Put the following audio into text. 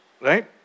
Right